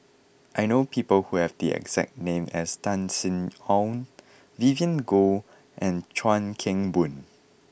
I know people who have the exact name as Tan Sin Aun Vivien Goh and Chuan Keng Boon